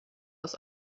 aus